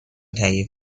تهیه